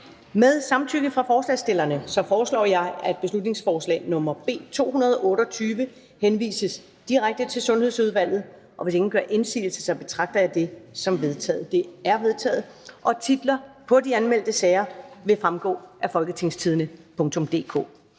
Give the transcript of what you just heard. Med samtykke fra forslagsstillerne foreslår jeg, at beslutningsforslag nr. nr. B 228 henvises direkte til Sundhedsudvalget. Hvis ingen gør indsigelse, betragter jeg det som vedtaget. Det er vedtaget. --- Det første punkt på dagsordenen